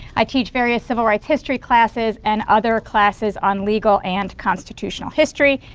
i teach various civil rights history classes and other classes on legal and constitutional history.